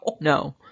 No